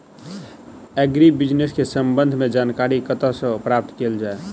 Agri business केँ संबंध मे जानकारी कतह सऽ प्राप्त कैल जाए?